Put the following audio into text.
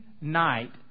night